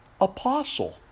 apostle